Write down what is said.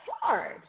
hard